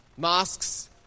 masks